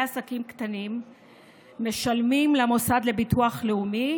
עסקים קטנים משלמים למוסד לביטוח לאומי